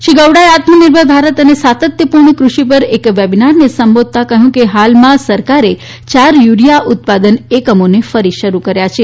શ્રી ગૌડાએ આત્મનિર્ભર ભારત અને સાતત્યપુર્ણ કૃષિ પર એક વેબીનારને સંબોધતા કહયું કે હાલમાં સરકારે ચાર યુરીયા ઉત્પાદન એકમોને ફરી શરૂ કર્યા છે